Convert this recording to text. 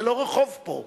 זה לא רחוב פה.